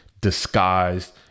disguised